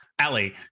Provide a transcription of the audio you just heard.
Ali